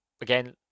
Again